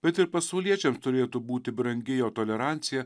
bet ir pasauliečiam turėtų būti brangi jo tolerancija